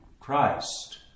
Christ